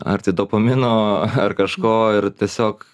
ar tai dopamino ar kažko ir tiesiog